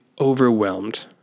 overwhelmed